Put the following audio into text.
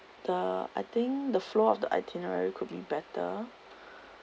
the I think the flow of the itinerary could be better